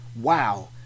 Wow